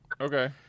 Okay